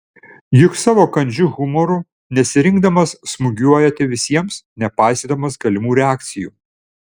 juk savo kandžiu humoru nesirinkdamas smūgiuojate visiems nepaisydamas galimų reakcijų